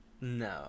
No